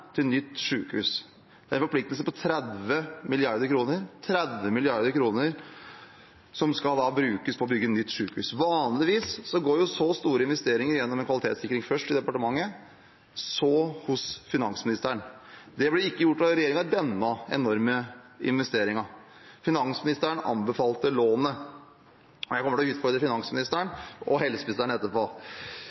til å bygge nytt sykehus – en forpliktelse på 30 mrd. kr – 30 mrd. kr. Vanligvis går så store investeringer gjennom en kvalitetssikring, først i departementet, så hos finansministeren. Det ble ikke gjort av regjeringen ved denne enorme investeringen. Finansministeren anbefalte lånet, og jeg kommer til å utfordre finansministeren – og helseministeren etterpå.